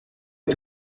est